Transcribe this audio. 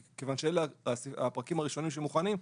מכיוון שאלה הפרקים הראשונים שמוכנים,